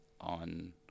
on